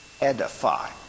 edify